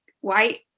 white